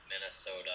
Minnesota